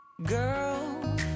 Girl